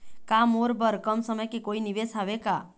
का मोर बर कम समय के कोई निवेश हावे का?